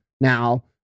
now